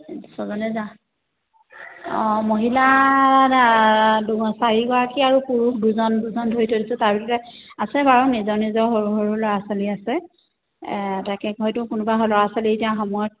ছজনে যা অঁ মহিলা দু চাৰিগৰাকী আৰু পুৰুষ দুজন দুজন ধৰি থৈছোঁ তাৰ ভিতৰতে আছে বাৰু নিজৰ নিজৰ সৰু সৰু ল'ৰা ছোৱালী আছে তাকে হয়টো কোনোবা হয় ল'ৰা ছোৱালী এতিয়া সময়ত